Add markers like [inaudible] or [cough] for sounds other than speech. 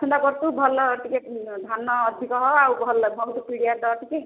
ଆସନ୍ତା ବର୍ଷକୁ ଭଲ ଟିକେ ଧାନ ଅଧିକ ହେବ ଆଉ ଭଲ ବହୁତ ପିଡ଼ିଆ ତ [unintelligible]